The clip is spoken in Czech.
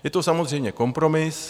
Je to samozřejmě kompromis.